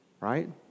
Right